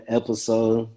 episode